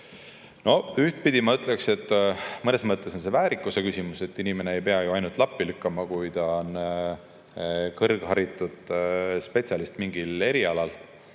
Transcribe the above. No ühtpidi ma ütleksin, et mõnes mõttes on see väärikuse küsimus, inimene ei pea ju ainult lappi lükkama, kui ta on kõrgharitud spetsialist mingil erialal,